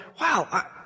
Wow